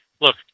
look